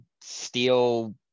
steel